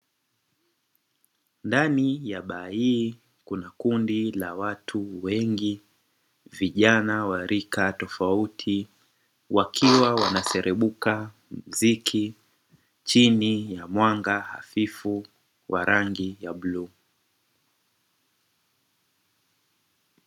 Ndani ya baa hii kuna kundi la watu wengi vijana wa rika tofauti wakiwa wanaserubuka muziki chini ya mwanga hafifu wa rangi ya bluu.